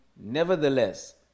Nevertheless